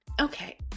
Okay